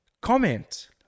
comment